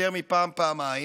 יותר מפעם-פעמיים,